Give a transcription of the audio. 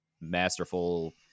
masterful